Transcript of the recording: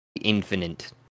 infinite